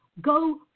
Go